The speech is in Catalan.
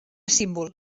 símbol